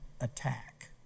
attack